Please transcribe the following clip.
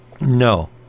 No